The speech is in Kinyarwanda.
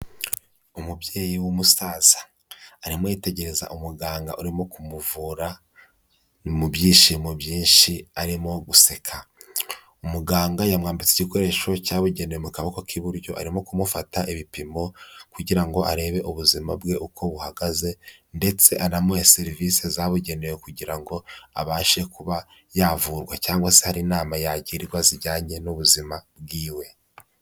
Umubyeyi w'umusaza. Arimo yitegereza umuganga urimo kumuvura, mu byishimo byinshi arimo guseka, umuganga yamwambitse igikoresho cyabugeneye mu kaboko k'iburyo arimo kumufata ibipimo, kugira ngo arebe ubuzima bwe uko buhagaze, ndetse anamuha serivisi zabugenewe kugira ngo abashe kuba yavurwa cyangwa se hari inama yagirwa zijyanye n'ubuzima bwiwe.